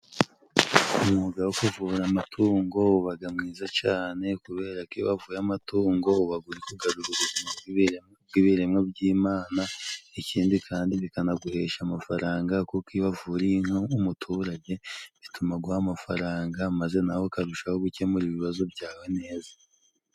Umwuga wo kuvura amatungo ubaga mwiza cyane, kubera ko iyo wavuye amatungo ubaga uri kugarura ubuzima bw'ibiremwa by'Imana, ikindi kandi bikanaguhesha amafaranga, kuko iyo wavuriye inka umuturage, bituma aguha amafaranga maze nawe ukarushaho gukemura ibibazo byawe neza.